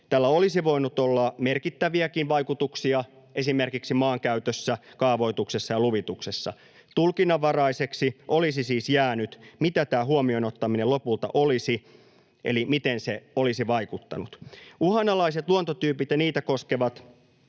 Tällä olisi voinut olla merkittäviäkin vaikutuksia esimerkiksi maankäytössä, kaavoituksessa ja luvituksessa. Tulkinnanvaraiseksi olisi siis jäänyt, mitä tämä huomioon ottaminen lopulta olisi eli miten se olisi vaikuttanut. Uhanalaiset luontotyypit ja niitä koskevat